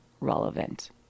relevant